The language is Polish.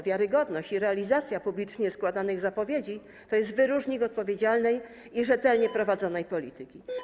Wiarygodność i realizacja publicznie składanych obietnic to wyróżnik odpowiedzialnej i rzetelnie prowadzonej polityki.